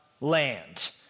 land